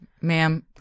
ma'am